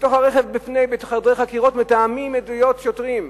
בתוך הרכב, בחדרי חקירות, מתאמים עדויות שוטרים.